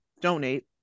donate